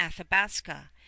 Athabasca